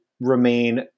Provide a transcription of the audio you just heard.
remain